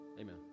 amen